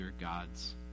gods